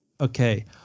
Okay